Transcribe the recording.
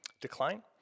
decline